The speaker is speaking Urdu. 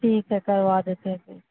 ٹھیک ہے کروا دیتے ہیں پھر